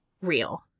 real